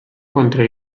contra